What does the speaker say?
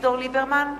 אביגדור ליברמן,